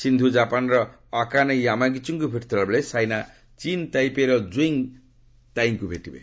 ସିନ୍ଧୁ ଜାପାନ୍ର ଅକାନେ ୟାମାଗୁଚିଙ୍କୁ ଭେଟୁଥିଲା ବେଳେ ସାଇନା ଚୀନ୍ ତାଇପେଇର କ୍ରୁଇଙ୍ଗ୍ ତାଇଙ୍କୁ ଭେଟିବେ